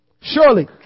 Surely